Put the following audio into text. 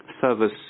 service